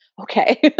okay